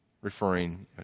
Referring